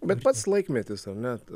bet pats laikmetis ar ne